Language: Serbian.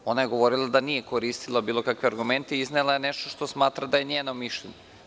Ona je govorila da nije koristila bilo kakve argumente i iznela je nešto što smatra da je njeno mišljenje.